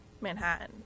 Manhattan